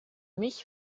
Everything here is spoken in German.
mich